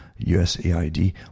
USAID